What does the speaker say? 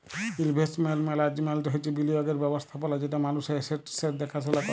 investment management হছে বিলিয়গের ব্যবস্থাপলা যেট মালুসের এসেট্সের দ্যাখাশুলা ক্যরে